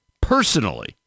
personally